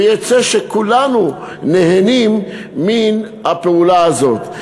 ויצא שכולנו נהנים מן הפעולה הזאת?